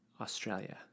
Australia